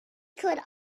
could